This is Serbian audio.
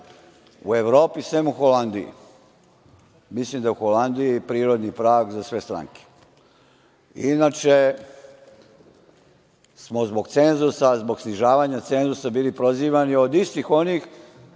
u Evropi, sem u Holandiji. Mislim da je u Holandiji prirodni prag za sve stranke. Inače smo zbog cenzusa, zbog snižavanja cenzusa bili prozivani od istih onih